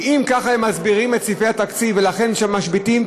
שאם ככה הם מסבירים את סעיפי התקציב ולכן שם משביתים,